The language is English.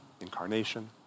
incarnation